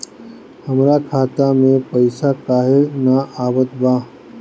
हमरा खाता में पइसा काहे ना आवत बा?